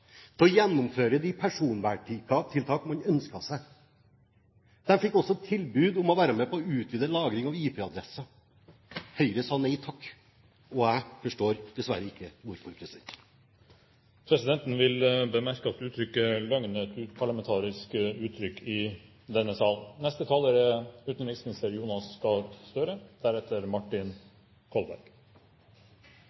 om å gjennomføre de personverntiltak man ønsket seg. De fikk også tilbud om å være med på å utvide lagring av IP-adresser. Høyre sa nei takk, og jeg forstår dessverre ikke hvorfor. Presidenten vil bemerke at uttrykket «løgn» er et uparlamentarisk utrykk. Først vil jeg si at jeg synes denne debatten er god og opplyst. Jeg er enig med representanten Slagsvold Vedum i